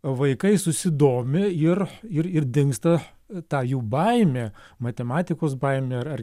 vaikai susidomi ir ir ir dingsta ta jų baimė matematikos baimė ar ar